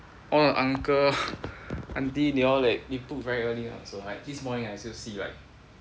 all uncle auntie they all like they book very early ah so like this morning I still see right